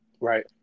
Right